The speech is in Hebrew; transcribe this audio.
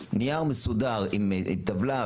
רוצה נייר מסודר עם טבלה,